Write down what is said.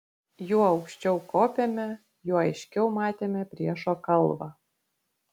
juo aukščiau kopėme juo aiškiau matėme priešo kalvą